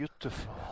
Beautiful